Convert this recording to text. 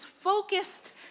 focused